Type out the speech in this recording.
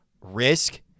risk